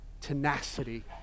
tenacity